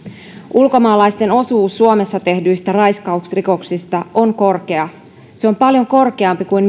ulkomaalaisten osuus suomessa tehdyistä raiskausrikoksista on korkea se on paljon korkeampi kuin